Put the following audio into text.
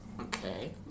Okay